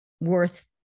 worth